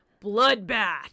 Bloodbath